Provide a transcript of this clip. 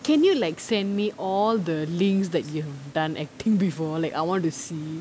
can you like send me all the links that you've done acting before like I want to see